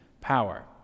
power